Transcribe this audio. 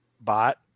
bot